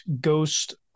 ghost –